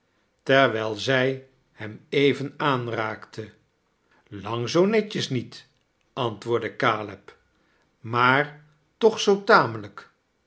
terwijl zij hem even aanraakte lang zoo netjes niet antwoordde caleb maar toch zoo tamelijk